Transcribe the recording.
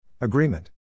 Agreement